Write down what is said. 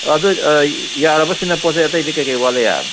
ꯑꯗꯨ ꯌꯥꯔꯕ ꯁꯤꯅ ꯄꯣꯠꯁꯦ ꯑꯇꯩꯗꯤ ꯀꯩꯀꯩ ꯋꯥꯠꯂꯤ